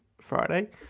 Friday